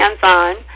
hands-on